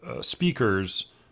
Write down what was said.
speakers